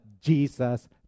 Jesus